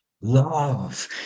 love